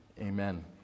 Amen